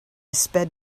sped